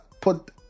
Put